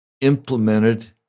implemented